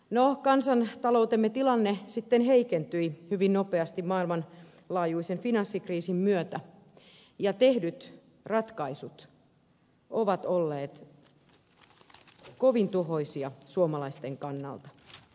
no kansantaloutemme tilanne sitten heikentyi hyvin nopeasti maailmanlaajuisen finanssikriisin myötä ja tehdyt ratkaisut ovat olleet kovin tuhoisia suomalaisten kannalta